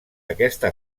aquesta